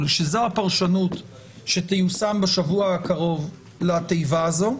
שזו הפרשנות שתיושם בשבוע הקרוב לתיבה הזו,